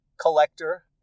collector